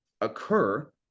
occur